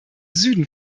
süden